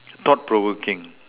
thought provoking